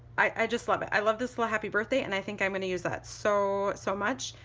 i just love it! i love this little happy birthday and i think i'm gonna use that so so much.